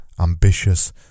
Ambitious